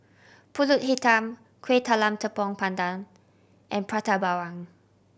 Pulut Hitam Kueh Talam Tepong Pandan and Prata Bawang